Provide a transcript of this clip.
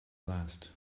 last